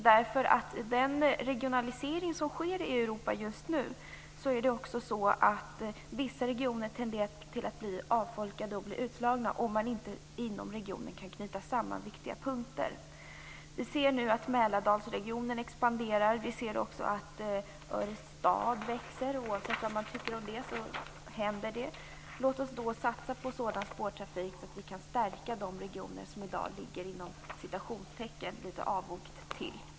I den regionalisering som just nu sker i Europa tenderar vissa regioner att bli avfolkade och utslagna, om man inte kan knyta samman viktiga punkter inom respektive region. Vi ser nu att Mälardalsregionen expanderar och att Örestad växer. Oavsett vad man tycker om det är det något som händer. Låt oss då satsa på sådan spårtrafik som gör att vi kan stärka de regioner som i dag ligger litet avsides.